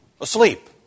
asleep